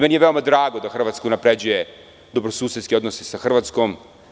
Meni je veoma drago da Hrvatska unapređuje dobro susedske odnose sa Hrvatskom.